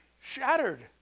shattered